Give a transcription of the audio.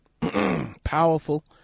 powerful